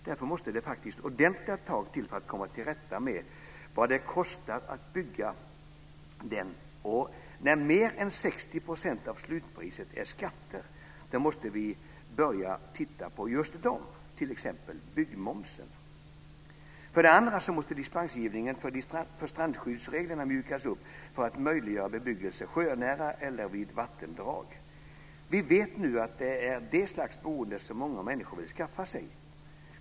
Därför måste det faktiskt ordentliga tag till för att komma till rätta med vad det kostar att bygga. När mer än 60 % av slutpriset är skatter så måste vi i dag börja titta på t.ex. Dessutom måste dispensgivningen för strandskyddsreglerna mjukas upp för att möjliggöra bebyggelse sjönära eller vid vattendrag. Vi vet nu att det är det slags boende som många människor vill skaffa sig.